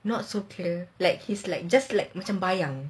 not so clear like he's like just like macam bayang